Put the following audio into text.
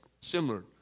similar